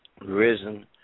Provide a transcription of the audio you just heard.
risen